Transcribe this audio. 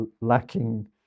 lacking